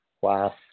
Wow